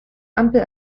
ampel